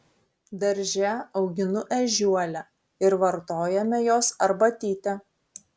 darže auginu ežiuolę ir vartojame jos arbatytę